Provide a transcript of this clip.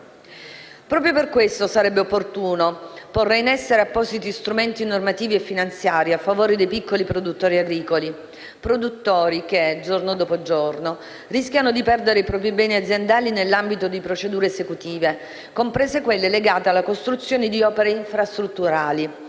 Proprio per questo sarebbe opportuno porre in essere appositi strumenti normativi e finanziari a favore dei piccoli produttori agricoli, che giorno dopo giorno rischiano di perdere i propri beni aziendali nell'ambito di procedure esecutive, comprese quelle legate alla costruzione di opere infrastrutturali.